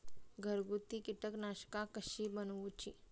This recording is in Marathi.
घरगुती कीटकनाशका कशी बनवूची?